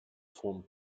form